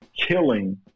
killing